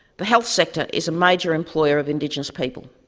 the health sector is a major employer of indigenous people.